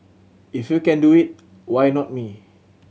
if you can do it why not me